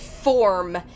form